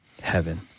heaven